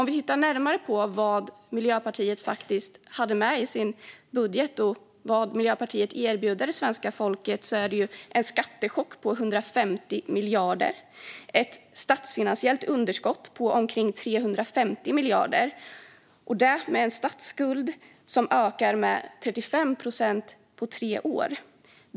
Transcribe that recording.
Vi tittar närmare på vad Miljöpartiet hade med i sin budget. Det Miljöpartiet erbjuder svenska folket är en skattechock på 150 miljarder, ett statsfinansierat underskott på omkring 350 miljarder och därmed en statsskuld som ökar med 35 procent på tre år.